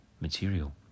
material